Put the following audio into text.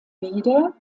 wieder